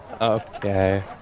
Okay